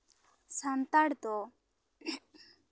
ᱥᱟᱱᱛᱟᱲ ᱫᱚ